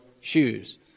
shoes